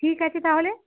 ঠিক আছে তাহলে